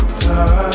time